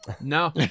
No